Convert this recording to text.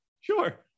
Sure